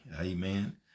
Amen